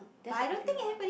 that's what I feel lah